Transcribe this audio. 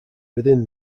within